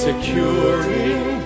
Securing